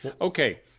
okay